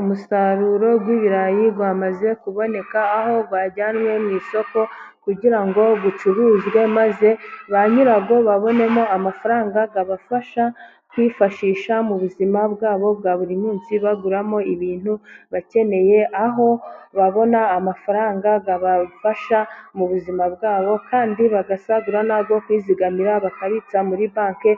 Umusaruro w'ibirayi wamaze kuboneka, aho wajyanywe mu isoko, kugira ngo ucuruzwe maze ba nyirawo babonemo amafaranga abafasha, kwifashisha mu buzima bwabo bwa buri munsi, baguramo ibintu bakeneye, aho babona amafaranga bibafasha, mu buzima bwabo, kandi bagasagura nayo kwizigamira, bakabitsa muri banki,